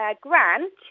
Grant